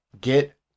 get